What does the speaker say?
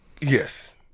Yes